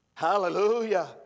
Hallelujah